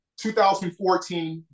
2014